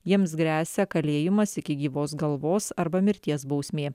jiems gresia kalėjimas iki gyvos galvos arba mirties bausmė